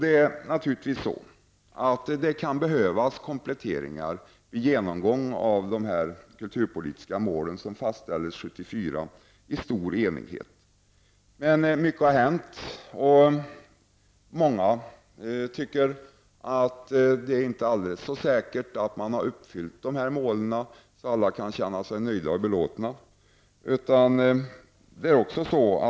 Det kan naturligtvis behövas en genomgång och kompletteringar av de kulturpolitiska mål som i stor enighet fastställdes 1974. Mycket har hänt, och många anser att det inte är alldeles säkert att dessa mål har uppfyllts på ett sådant sätt att alla kan känna sig nöjda och belåtna.